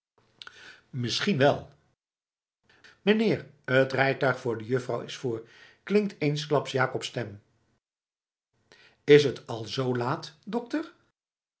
misschien wel meneer t rijtuig voor de juffrouw is voor klinkt eensklaps jakobs stem is t al zoo laat dokter